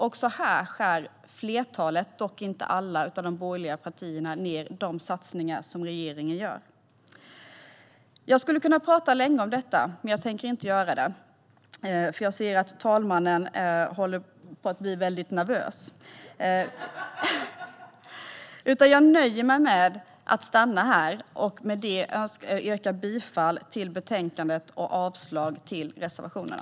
Också här skär flertalet - dock inte alla - av de borgerliga partierna ned på de satsningar som regeringen gör. Med detta yrkar jag bifall till utskottets förslag i betänkandet och avslag på reservationerna.